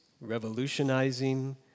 revolutionizing